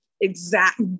exact